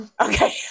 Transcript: Okay